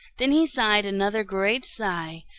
then he sighed another great sigh,